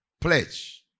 pledge